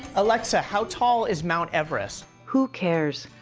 alexa, how tall is mount everest? who cares?